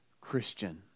Christian